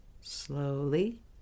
slowly